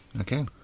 Okay